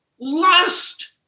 Lust